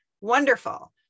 Wonderful